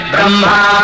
Brahma